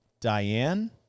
Diane